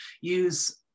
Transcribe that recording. use